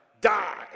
Die